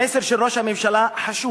המסר של ראש הממשלה חשוב